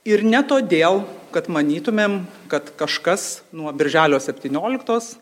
ir ne todėl kad manytumėm kad kažkas nuo birželio septynioliktos